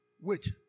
wait